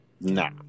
nah